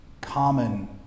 common